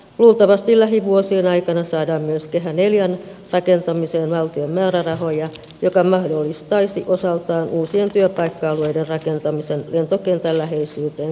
luultavasti lähivuosien aikana saadaan myös kehä ivn rakentamiseen valtion määrärahoja mikä mahdollistaisi osaltaan uusien työpaikka alueiden rakentamisen lentokentän läheisyyteen kehätien varteen